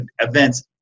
events